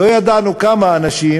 לא ידענו כמה אנשים,